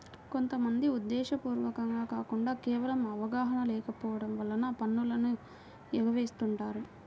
కొంత మంది ఉద్దేశ్యపూర్వకంగా కాకుండా కేవలం అవగాహన లేకపోవడం వలన పన్నులను ఎగవేస్తుంటారు